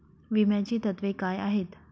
विम्याची तत्वे काय आहेत?